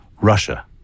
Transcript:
Russia